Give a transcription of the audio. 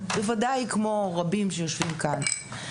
בוודאי כמו רבים שיושבים כאן,